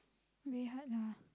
very hard lah